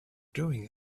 doing